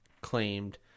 claimed